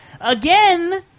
Again